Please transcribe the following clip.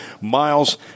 Miles